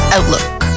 Outlook